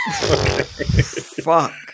Fuck